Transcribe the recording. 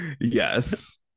Yes